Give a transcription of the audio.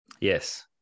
yes